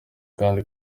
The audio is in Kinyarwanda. kandi